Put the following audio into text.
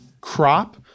crop